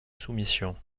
soumission